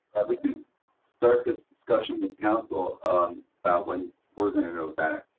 we can start this discussion with council um about when we're going to go back.